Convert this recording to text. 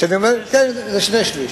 כן, זה שני-שלישים.